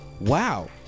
wow